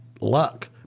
luck